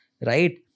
right